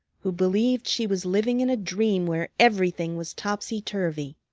who believed she was living in a dream where everything was topsy-turvy.